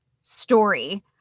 story